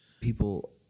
people